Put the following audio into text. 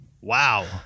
Wow